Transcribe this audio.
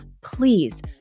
please